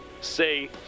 Say